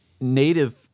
native